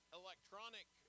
electronic